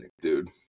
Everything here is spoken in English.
dude